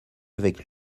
avec